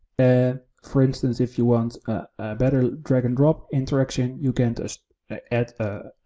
and for instance, if you want a better drag and drop interaction, you can add